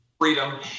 freedom